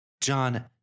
John